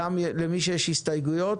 גם למי שיש הסתייגויות.